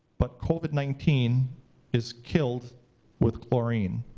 but covid nineteen is killed with chlorine.